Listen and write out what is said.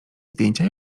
zdjęcia